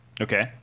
Okay